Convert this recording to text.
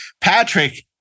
Patrick